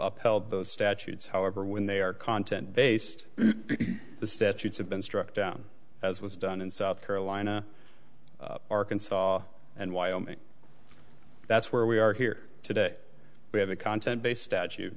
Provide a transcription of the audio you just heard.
up held those statutes however when they are content based the statutes have been struck down as was done in south carolina arkansas and wyoming that's where we are here today we have a content based statu